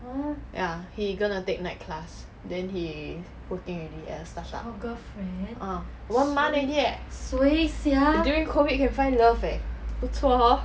ya he gonna take night class then he working already ya one month already eh during COVID can find love eh 不错 hor